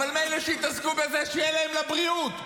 מילא שיתעסקו בזה, שיהיה להם לבריאות,